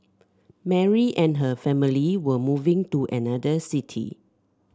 Mary and her family were moving to another city